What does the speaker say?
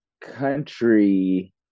country